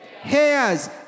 hairs